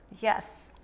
Yes